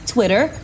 Twitter